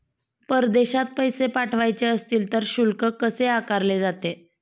परदेशात पैसे पाठवायचे असतील तर शुल्क कसे आकारले जाते?